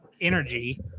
energy